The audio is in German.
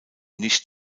nicht